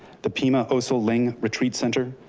the pima oso ling retreat center,